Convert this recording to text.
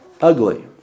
ugly